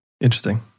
Interesting